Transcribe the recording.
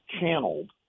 channeled